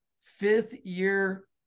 fifth-year